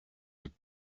would